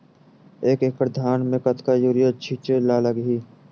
एक एकड़ धान में कतका यूरिया छिंचे ला लगही?